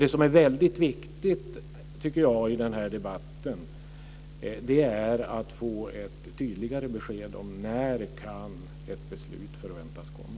Det som är väldigt viktigt i den här debatten är att få ett tydligare besked om när ett beslut kan förväntas komma.